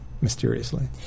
mysteriously